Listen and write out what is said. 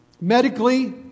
Medically